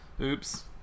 oops